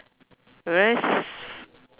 whereas